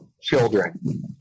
children